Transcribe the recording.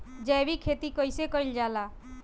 जैविक खेती कईसे कईल जाला?